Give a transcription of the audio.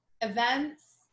events